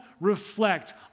reflect